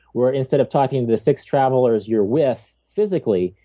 where instead of talking to the six travelers you're with physically,